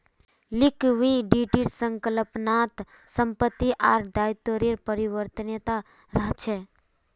लिक्विडिटीर संकल्पना त संपत्ति आर दायित्वेर परिवर्तनीयता रहछे